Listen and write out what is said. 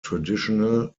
traditional